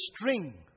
string